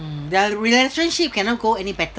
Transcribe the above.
mm their relationship cannot go any better